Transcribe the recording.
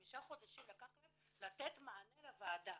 חמישה חודשים קח להם לתת מענה לוועדה.